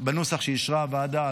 בנוסח שאישרה הוועדה.